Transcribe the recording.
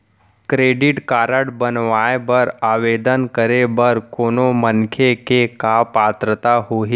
Credit card बनवाए बर आवेदन करे बर कोनो मनखे के का पात्रता होही?